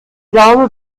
glaube